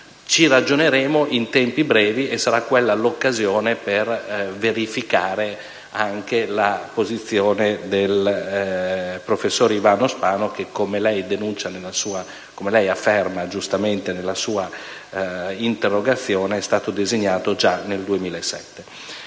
Ci ragioneremo in tempi brevi e sarà quella l'occasione per verificare anche la posizione del professor Ivano Spano, che, come lei afferma giustamente nella sua interrogazione, è stato designato già nel 2007.